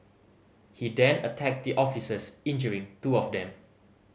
he then attacked the officers injuring two of them